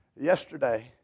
Yesterday